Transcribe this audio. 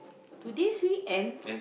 today's weekend